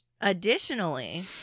Additionally